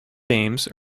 themes